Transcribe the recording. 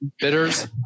bitters